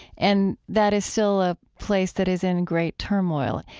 and that is still a place that is in great turmoil.